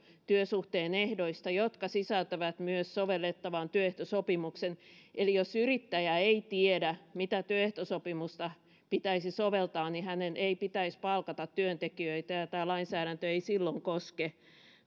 työsuhteen ehdoista jotka sisältävät myös sovellettavan työehtosopimuksen eli jos yrittäjä ei tiedä mitä työehtosopimusta pitäisi soveltaa niin hänen ei pitäisi palkata työntekijöitä ja ja tämä lainsäädäntö ei silloin koske